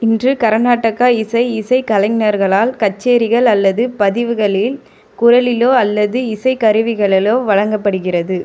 இன்று கர்நாடக இசை இசை கலைஞர்களால் கச்சேரிகள் அல்லது பதிவுகளில் குரலிலோ அல்லது இசைக்கருவிகளிலோ வழங்கப்படுகிறது